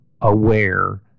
aware